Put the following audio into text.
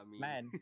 Man